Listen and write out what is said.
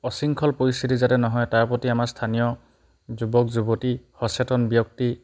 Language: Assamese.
অশৃংখল পৰিস্থিতি যাতে নহয় তাৰ প্ৰতি আমাৰ স্থানীয় যুৱক যুৱতী সচেতন ব্যক্তি